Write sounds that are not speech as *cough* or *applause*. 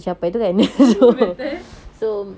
*laughs* betul